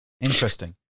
Interesting